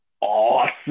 awesome